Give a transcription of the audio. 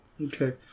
Okay